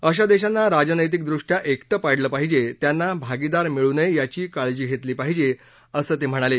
अशा देशांना राजनैतिक दृष्टया एक पाडलं पाहिजे त्यांना भागीदार मिळू नये याची काळजी घेतली पाहिजे असं ते म्हणाले